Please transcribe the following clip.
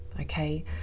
okay